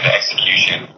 execution